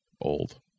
old